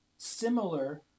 Similar